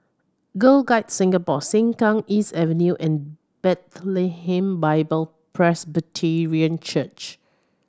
Girl Guides Singapore Sengkang East Avenue and Bethlehem Bible Presbyterian Church